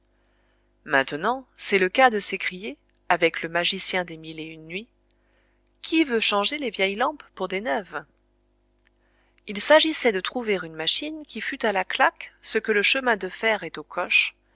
maintenant c'est le cas de s'écrier avec le magicien des mille et une nuits qui veut changer les vieilles lampes pour des neuves il s'agissait de trouver une machine qui fût à la claque ce que le chemin de fer est au coche